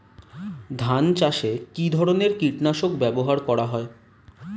ধান চাষে কী ধরনের কীট নাশক ব্যাবহার করা হয়?